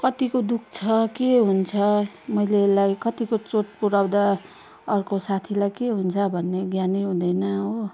कतिको दुख्छ के हुन्छ मैले यसलाई कतिको चोट पुर्याउँदा अर्को साथीलाई के हुन्छ भन्ने ज्ञानै हुँदैन हो